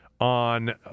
on